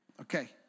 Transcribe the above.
Okay